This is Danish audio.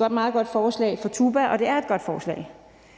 et meget godt forslag fra TUBA – og det er et godt forslag.